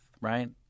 right